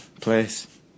place